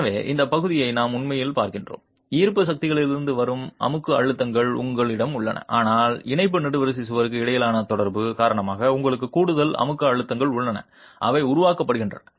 எனவே இந்த பகுதியை நாம் உண்மையில் பார்க்கிறோம் ஈர்ப்பு சக்திகளிலிருந்து வரும் அமுக்க அழுத்தங்கள் உங்களிடம் உள்ளன ஆனால் இணைப்பு நெடுவரிசைக்கும் சுவருக்கும் இடையிலான தொடர்பு காரணமாக உங்களுக்கு கூடுதல் அமுக்க அழுத்தங்கள் உள்ளன அவை உருவாக்கப்படுகின்றன